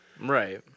Right